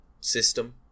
system